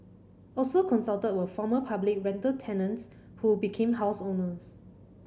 also consulted were former public rental tenants who became house owners